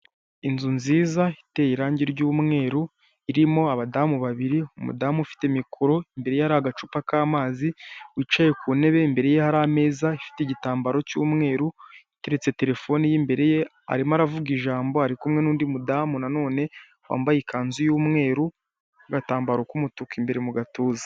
Inzu nziza iteye irangi ry'umweru, irimo abadamu babiri; umudami ufite micro, imbere ye hari agacupa k'amazi, wicaye ku ntebe, imbere ye hari ameza afite igitambaro cy'umweru. Arimo aravuga ijambo. Ari kumwe n'undi mudamu wambaye ikanzu y'umweru n'agatambaro k'umutuku imbere mu gatuza.